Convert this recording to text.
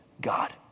God